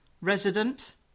resident